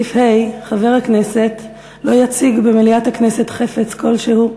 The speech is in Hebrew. סעיף 41(ה): "חבר הכנסת לא יציג במליאת הכנסת חפץ כלשהו,